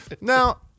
Now